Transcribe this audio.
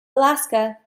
alaska